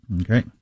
Okay